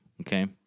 Okay